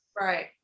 Right